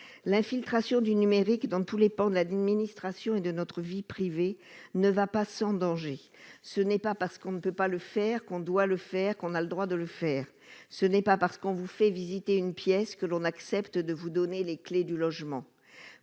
L'infiltration du numérique dans tous les pans de l'administration et de notre vie privée n'est pas sans danger. Ce n'est pas parce qu'on peut le faire qu'on doit le faire et qu'on a le droit de le faire. Ce n'est pas parce que l'on vous fait visiter une pièce que l'on accepte de vous donner les clés du logement.